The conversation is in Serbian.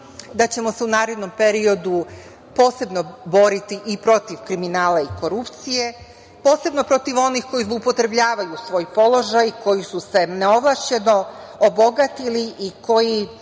da ćemo se u narednom periodu posebno boriti protiv kriminala i korupcije, posebno protiv onih koji zloupotrebljavaju svoj položaj, koji su se neovlašćeno obogatili i koji